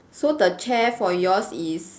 so the chair for yours is